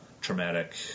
traumatic